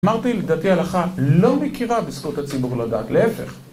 אמרתי, לדעתי ההלכה לא מכירה בזכות הציבור לדעת, להפך.